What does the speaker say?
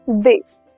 base